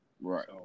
Right